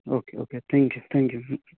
okay okay thank you thank you ma'am